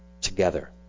together